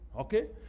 Okay